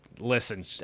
Listen